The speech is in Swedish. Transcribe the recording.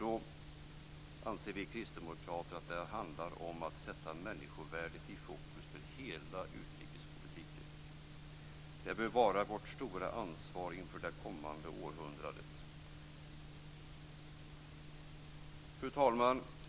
Då anser vi kristdemokrater att det handlar om att sätta människovärdet i fokus för hela utrikespolitiken. Det bör vara vårt stora ansvar inför det kommande århundradet. Fru talman!